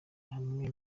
hamwe